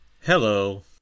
Hello